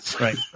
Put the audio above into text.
right